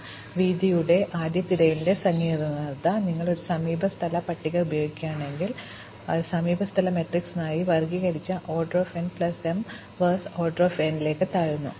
അതിനാൽ വീതിയുടെ ആദ്യ തിരയലിന്റെ സങ്കീർണ്ണത നിങ്ങൾ ഒരു സമീപസ്ഥല പട്ടിക ഉപയോഗിക്കുകയാണെങ്കിൽ അത് സമീപസ്ഥല മാട്രിക്സിനായി വർഗ്ഗീകരിച്ച O n plus m versus order n ലേക്ക് താഴുന്നു